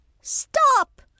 Stop